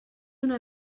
una